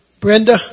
Brenda